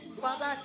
Father